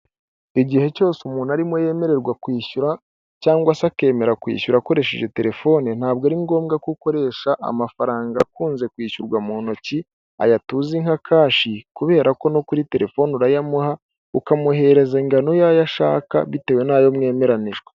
Igihe cyose umuntu arimo yemererwa kwishyura cyangwa se akemera kwishyura akoresheje telefone ntabwo ari ngombwa ko ukoresha amafaranga akunze kwishyurwa mu ntoki aya tuzi nka kashi kubera ko no kuri telefone urayamuha ukamwohererereza ingano y'ayo ashaka bitewe n'ayo mwemeranijwe.